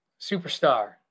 superstar